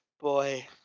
Boy